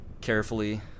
carefully